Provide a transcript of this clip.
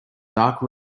dark